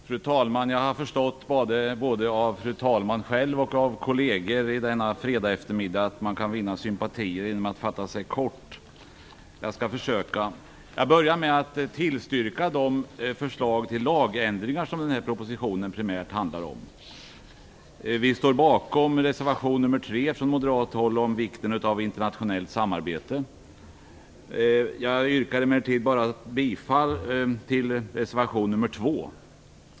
Fru talman! Jag har förstått, både av fru talman själv och av kolleger, att man kan vinna sympatier genom att fatta sig kort denna fredagseftermiddag. Jag skall försöka göra det. Jag börjar med att tillstyrka de förslag till lagändringar som propositionen primärt handlar om. Vi moderater står bakom reservation nr 3 som handlar om vikten av internationellt samarbete. Jag yrkar emellertid bifall bara till reservation nr 2.